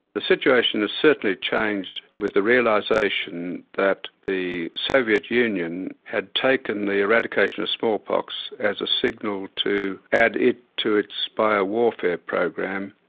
the situation had certainly changed with the realisation that the soviet union had taken the eradication of smallpox as a signal to add it to its bio-warfare program,